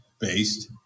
Based